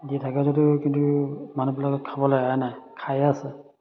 দি থাকে যদিও কিন্তু মানুহবিলাকে খাবলৈ এৰা নাই খায়ে আছে